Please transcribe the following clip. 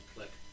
Click